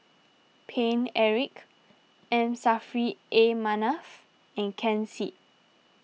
Paine Eric M Saffri A Manaf and Ken Seet